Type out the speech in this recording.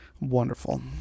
Wonderful